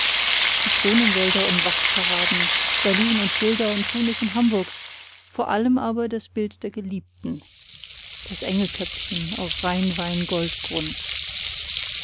zitronenwälder und wachtparaden berlin und schilda und tunis und hamburg vor allem aber das bild der geliebten das engelköpfchen auf